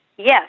Yes